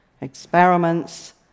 experiments